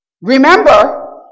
Remember